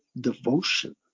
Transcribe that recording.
devotion